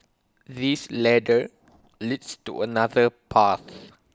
this ladder leads to another path